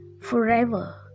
forever